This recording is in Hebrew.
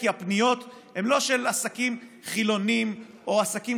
כי הפניות הן לא של עסקים חילוניים או עסקים